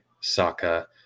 Saka